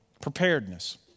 Preparedness